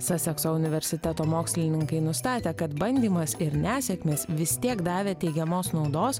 sasekso universiteto mokslininkai nustatė kad bandymas ir nesėkmės vis tiek davė teigiamos naudos